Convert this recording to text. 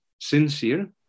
sincere